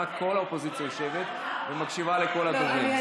כל האופוזיציה יושבת ומקשיבה לכל הדוברים.